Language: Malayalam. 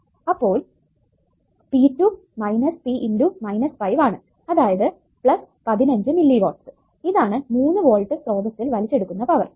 അപ്പോൾ p2 p × 5 ആണ് അതായത് 15 മില്ലി വാട്ട്സ് ഇതാണ് മൂന്ന് വോൾട്ട് സ്രോതസ്സിൽ വലിച്ചെടുക്കുന്ന പവർ